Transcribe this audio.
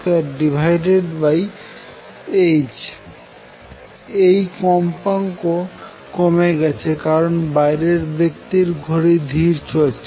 এই কম্পাঙ্ক কমে গেছে কারন বাইরের ব্যক্তির ঘড়ি ধিরে চলছে